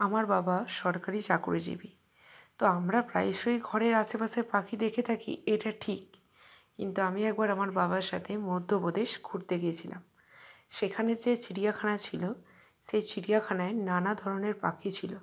আমার বাবা সরকারি চাকুরিজীবি তো আমরা প্রায়শই ঘরের আশেপাশে পাখি দেখে থাকি এটা ঠিক কিন্তু আমি একবার আমার বাবার সাথে মধ্যপ্রদেশ ঘুরতে গিয়েছিলাম সেখানে যে চিড়িয়াখানা ছিল সেই চিড়িয়াখানায় নানা ধরনের পাখি ছিল